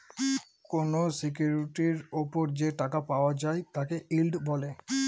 কোনো সিকিউরিটির ওপর যে টাকা পাওয়া যায় তাকে ইল্ড বলে